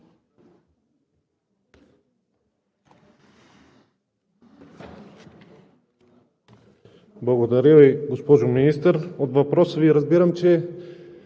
Благодаря Ви, госпожо Министър. От отговора Ви разбирам, че